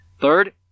Third